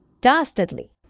Dastardly